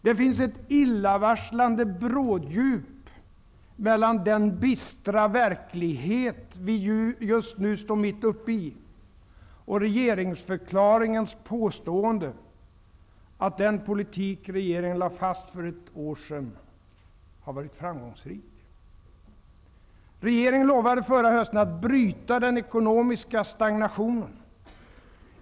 Det finns ett illavarslande bråddjup mellan den bistra verklighet vi just nu står mitt uppe i och regeringsförklaringens påstående att den politik som regeringen för ett år sedan lade fast har varit framgångsrik. Regeringen lovade förra hösten att bryta den ekonomiska stagnationen.